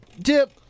Dip